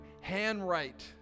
handwrite